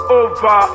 over